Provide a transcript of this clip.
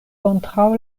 kontraŭ